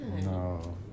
No